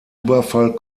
überfall